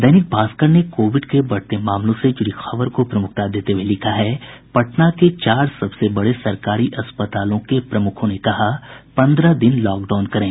दैनिक भास्कर ने कोविड के बढ़ते मामलों से जुड़ी खबर को प्रमुखता देते हुये लिखा है पटना के चार सबसे बड़े सरकारी अस्पतालों के प्रमुखों ने कहा पन्द्रह दिन लॉकडाउन करें